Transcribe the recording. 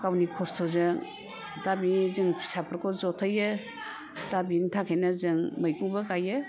गावनि खस्थ'जों दा बि जों फिसाफोरखौ जथायो दा बिनि थाखायनो जों मैगंबो गायो